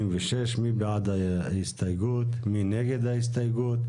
ואילו, נפתלי בנט, איילת שקד, מתן כהנא,